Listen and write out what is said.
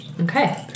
Okay